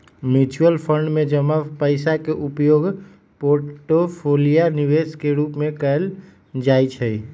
mutual fund में जमा पइसा के उपयोग पोर्टफोलियो निवेश के रूपे कएल जाइ छइ